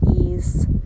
ease